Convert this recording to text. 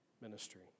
ministry